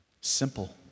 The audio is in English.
Simple